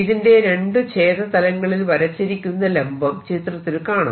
ഇതിന്റെ രണ്ടു ഛേദതലങ്ങളിൽ വരച്ചിരിക്കുന്ന ലംബം ചിത്രത്തിൽ കാണാം